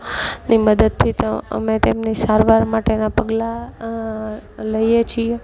ની મદદથી તો અમે તેમની સારવાર માટેના પગલાં લઈએ છીએ